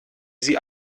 sie